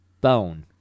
Bone